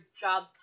job